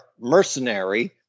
mercenary